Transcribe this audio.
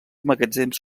magatzems